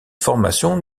formation